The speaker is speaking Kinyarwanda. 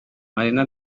marina